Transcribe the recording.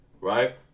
right